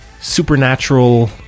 Supernatural